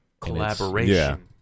Collaboration